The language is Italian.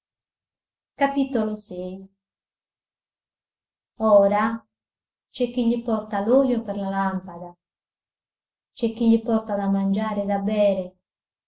male a nessuno ora c'è chi gli porta l'olio per la lampada c'è chi gli porta da mangiare e da bere